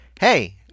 hey